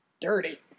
dirty